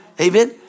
Amen